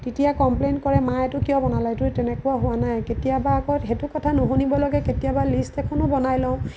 তেতিয়া কমপ্লেইন কৰে মা এইটো কিয় বনালা এইটো তেনেকুৱা হোৱা নাই কেতিয়াবা আকৌ সেইটো কথা নুশুনিবলৈকে কেতিয়াবা লিষ্ট এখনো বনাই লওঁ